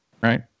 right